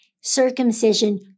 circumcision